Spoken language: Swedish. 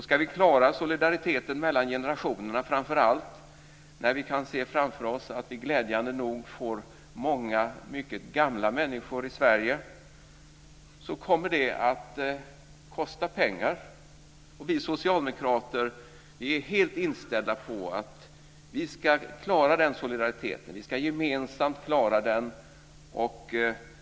Ska vi klara solidariteten mellan generationerna, framför allt när vi kan se framför oss att vi glädjande nog får många mycket gamla människor i Sverige, så kommer det att kosta pengar. Vi socialdemokrater är helt inställda på att vi ska klara den solidariteten. Vi ska gemensamt klara den.